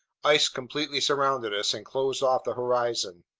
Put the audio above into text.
ice completely surrounded us and closed off the horizon.